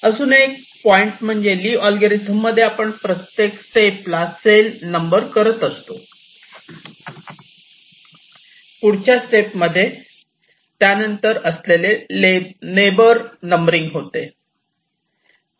अजून एक पॉईंट म्हणजे ली अल्गोरिदम मध्ये आपण प्रत्येक स्टेपला नेबर सेल नंबर करत असतो पुढच्या स्टेप मध्ये त्यानंतर असलेले नेबर नंबरिंग होते